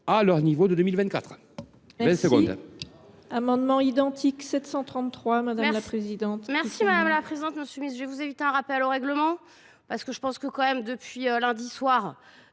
à leur niveau de 2024.